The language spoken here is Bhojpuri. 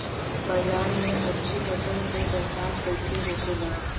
बाजार में अच्छी फसल का पहचान कैसे होखेला?